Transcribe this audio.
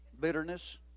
bitterness